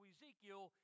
Ezekiel